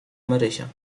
marysia